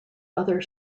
other